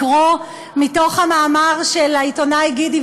לקרוא מתוך המאמר של העיתונאי גידי